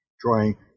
drawing